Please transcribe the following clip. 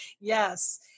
Yes